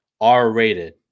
R-rated